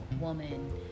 woman